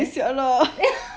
eh sia lah